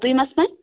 ଦୁଇମାସ ପାଇଁ